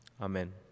Amen